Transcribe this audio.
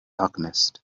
alchemist